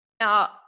Now